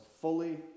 fully